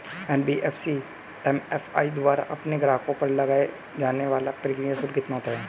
NBFC MFI द्वारा अपने ग्राहकों पर लगाए जाने वाला प्रक्रिया शुल्क कितना होता है?